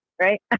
right